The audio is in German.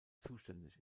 zuständig